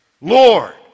Lord